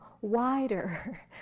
wider